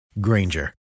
Granger